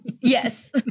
Yes